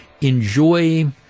enjoy